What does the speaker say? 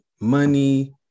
money